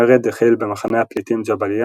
המרד החל במחנה הפליטים ג'באליה